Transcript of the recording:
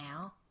now